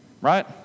Right